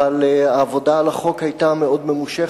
אבל העבודה על החוק היתה מאוד ממושכת,